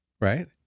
Right